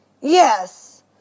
yes